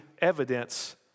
evidence